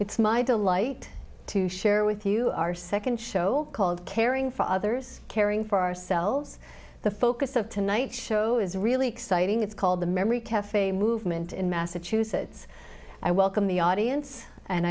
it's my delight to share with you our second show called caring for others caring for ourselves the focus of tonight's show is really exciting it's called the memory cafe movement in massachusetts i welcome the audience and